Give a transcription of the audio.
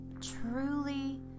Truly